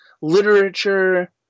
literature